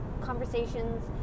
conversations